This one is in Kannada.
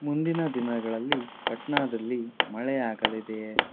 ಮುಂದಿನ ದಿನಗಳಲ್ಲಿ ಪಟ್ನಾದಲ್ಲಿ ಮಳೆಯಾಗಲಿದೆಯೇ